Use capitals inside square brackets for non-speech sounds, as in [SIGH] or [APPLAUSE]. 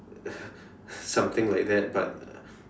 [BREATH] something like that but